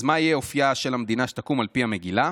אז מה יהיה אופייה של המדינה שתקום על פי המגילה?